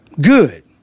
Good